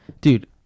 Dude